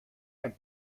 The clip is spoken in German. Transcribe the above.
ein